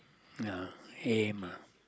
ya aim lah